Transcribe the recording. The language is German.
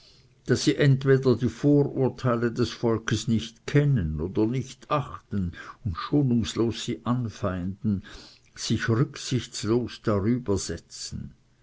daß sie entweder die vorurteile des volkes nicht kennen oder nicht achten und schonungslos sie anfeinden sich rücksichtlos darüber aussetzen